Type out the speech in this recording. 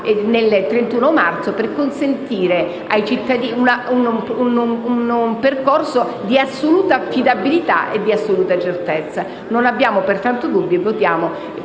il 31 marzo per consentire ai cittadini un percorso di assoluta affidabilità e certezza. Non abbiamo pertanto dubbi ed